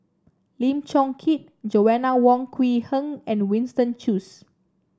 Lim Chong Keat Joanna Wong Quee Heng and Winston Choos